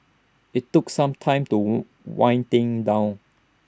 IT took some time wind things down